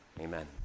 Amen